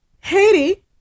Haiti